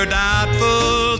doubtful